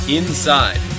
inside